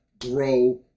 grow